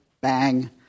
bang